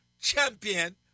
champion